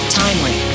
timely